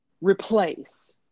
replace